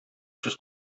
сүз